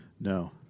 No